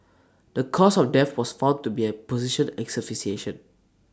the cause of death was found to be A positional asphyxiation